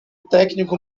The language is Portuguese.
técnico